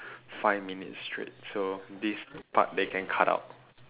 five minutes straight so this part they can cut out